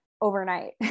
overnight